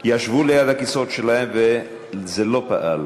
ישבו על הכיסאות שלהם וזה לא פעל: